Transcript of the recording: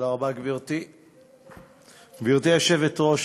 גברתי היושבת-ראש,